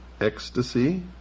ecstasy